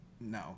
No